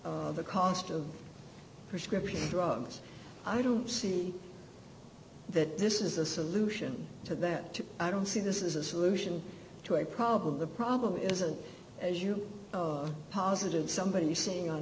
the cost of prescription drugs i don't see that this is a solution to that i don't see this is a solution to a problem the problem isn't as you positive somebody saying on